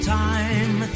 time